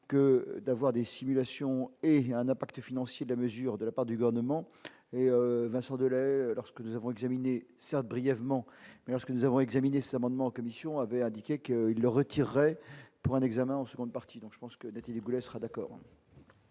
que d'avoir des simulations et il y a un impact financier de la mesure de la part du gouvernement et Vincent Delerm, lorsque nous avons examiné certes brièvement ce que nous avons examiné s'amendement en commission avait indiqué qu'il leur retirait pour un examen en seconde partie, donc je pense que les télés sera d'accord.